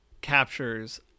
captures